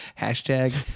Hashtag